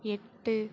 எட்டு